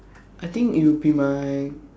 I think it would be my